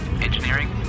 Engineering